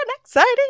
exciting